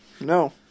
No